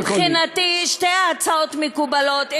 מבחינתי שתי הצעות מקובלות,